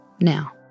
Now